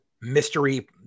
mystery